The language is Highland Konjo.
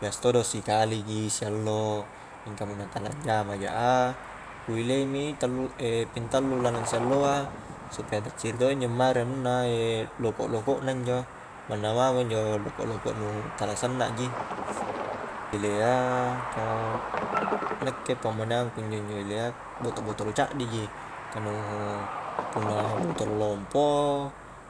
Biasa todo' sikali ji siallo mingka punna tala anjama ja a ku ilei mi tallu ping tallu lalang si alloa supaya lacciri to injo ammari anunna loko'-loko' na injo manna mamo injo loko'-loko' nu tala sanna ji ilea ka nakke pammoneangku injo ilea, boto-botolo caddi ji, ka nu punna botolo lompo,